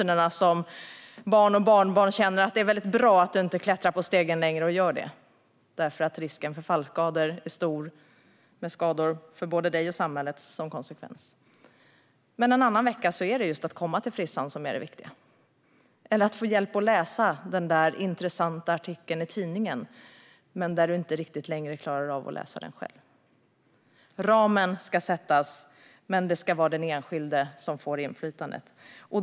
Barn och barnbarn kanske känner att det är bra att du inte längre klättrar på stegen för att komma åt de där fönstren. Risken att falla är stor, med skador för både dig och samhället som konsekvens. En annan vecka är det just att komma till frissan som är det viktiga, eller att få hjälp att läsa den där intressanta artikeln i tidningen som du inte riktigt längre klarar av att läsa själv. Ramen ska sättas, men det ska vara den enskilde som har inflytandet.